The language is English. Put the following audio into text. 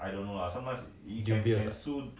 have oh